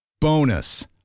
Bonus